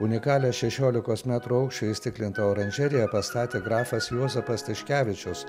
unikalią šešiolikos metrų aukščio įstiklintą oranžeriją pastatė grafas juozapas tiškevičius